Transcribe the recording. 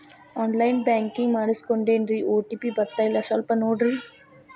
on line banking ಮಾಡಿಸ್ಕೊಂಡೇನ್ರಿ OTP ಬರ್ತಾಯಿಲ್ಲ ಸ್ವಲ್ಪ ನೋಡ್ರಿ